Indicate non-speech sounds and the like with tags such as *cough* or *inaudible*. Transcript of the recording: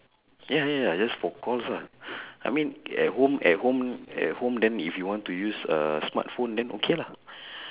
ya ya ya just for calls lah *breath* I mean at home at home at home then if you want to use a smartphone then okay lah